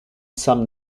some